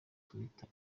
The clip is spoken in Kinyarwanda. twitter